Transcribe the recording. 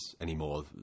anymore